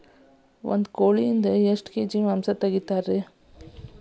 ಒಂದು ಕೋಳಿಯಿಂದ ಎಷ್ಟು ಕಿಲೋಗ್ರಾಂ ಮಾಂಸ ತೆಗಿತಾರ?